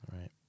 Right